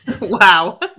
wow